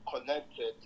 connected